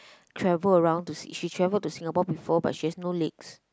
travel around to Si~ she travel to Singapore before but she has no legs